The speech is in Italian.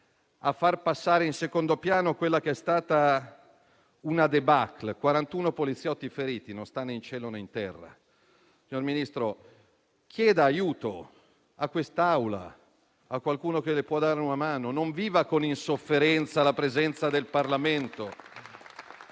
a far passare in secondo piano quella che è stata una *débâcle*: 41 poliziotti feriti non sta né in cielo, né in terra. Signor Ministro, chieda aiuto a quest'Assemblea, a qualcuno che le può dare una mano; non viva con insofferenza la presenza del Parlamento.